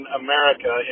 america